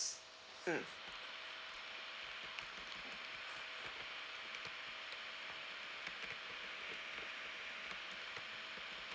mm